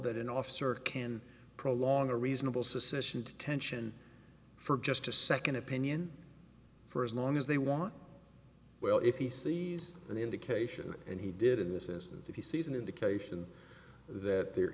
that an officer can prolong a reasonable suspicion detention for just a second opinion for as long as they want well if he sees an indication and he did in this instance if he sees an indication that there